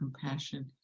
compassion